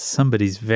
somebody's